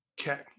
Okay